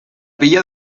villa